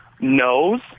knows